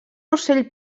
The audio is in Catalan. ocell